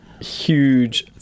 huge